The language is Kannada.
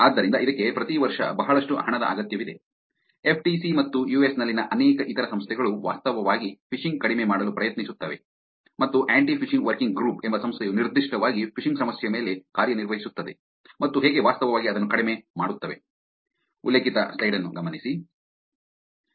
ಆದ್ದರಿಂದ ಇದಕ್ಕೆ ಪ್ರತಿ ವರ್ಷ ಬಹಳಷ್ಟು ಹಣದ ಅಗತ್ಯವಿದೆ ಎಫ್ ಟಿ ಸಿ ಮತ್ತು ಯು ಎಸ್ ನಲ್ಲಿನ ಅನೇಕ ಇತರ ಸಂಸ್ಥೆಗಳು ವಾಸ್ತವವಾಗಿ ಫಿಶಿಂಗ್ ಕಡಿಮೆ ಮಾಡಲು ಪ್ರಯತ್ನಿಸುತ್ತವೆ ಮತ್ತು ಅಂಟಿಫಿಷಿಂಗ್ ವರ್ಕಿಂಗ್ ಗ್ರೂಪ್ ಎಂಬ ಸಂಸ್ಥೆಯು ನಿರ್ದಿಷ್ಟವಾಗಿ ಫಿಶಿಂಗ್ ಸಮಸ್ಯೆಯ ಮೇಲೆ ಕಾರ್ಯನಿರ್ವಹಿಸುತ್ತದೆ ಮತ್ತು ಹೇಗೆ ವಾಸ್ತವವಾಗಿ ಅದನ್ನು ಕಡಿಮೆ ಮಾಡುತ್ತವೆ